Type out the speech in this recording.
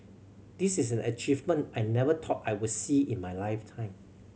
this is an achievement I never thought I would see in my lifetime